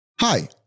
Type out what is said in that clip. Hi